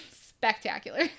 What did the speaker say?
spectacular